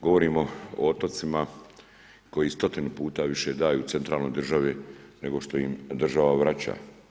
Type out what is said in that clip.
Govorimo o otocima koji stotinu puta više daju centralnoj državi, nego što im država vraća.